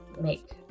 make